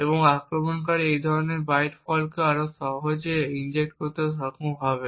এবং আক্রমণকারী এই ধরনের একাধিক বাইট ফল্টকে আরও সহজে ইনজেক্ট করতে সক্ষম হবে